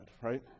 right